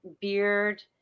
beard